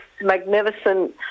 magnificent